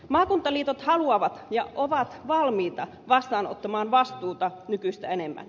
maakuntaliitot haluavat ja ovat valmiita vastaanottamaan vastuuta nykyistä enemmän